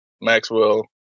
Maxwell